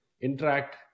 interact